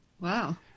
Wow